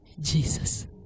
Jesus